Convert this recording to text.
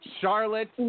Charlotte